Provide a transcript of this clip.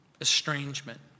Estrangement